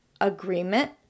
agreement